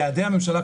יעדי הממשלה,